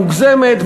המוגזמת,